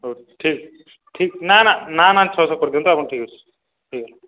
ହଉ ଠିକ୍ ଠିକ୍ ନା ନା ନା ନା ଛଅଶହ କରିଦିଅନ୍ତୁ ଆପଣ ଠିକ୍ ଅଛି ଠିକ୍ ଅଛି